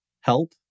help